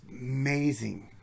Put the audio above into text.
amazing